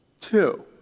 two